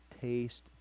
taste